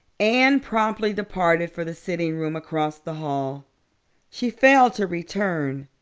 anne promptly departed for the sitting-room across the hall she failed to return